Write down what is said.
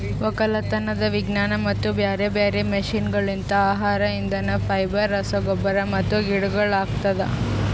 ಒಕ್ಕಲತನದ್ ವಿಜ್ಞಾನ ಮತ್ತ ಬ್ಯಾರೆ ಬ್ಯಾರೆ ಮಷೀನಗೊಳ್ಲಿಂತ್ ಆಹಾರ, ಇಂಧನ, ಫೈಬರ್, ರಸಗೊಬ್ಬರ ಮತ್ತ ಗಿಡಗೊಳ್ ಆಗ್ತದ